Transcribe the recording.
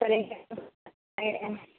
சரிங்க சார்